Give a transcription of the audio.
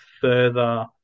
further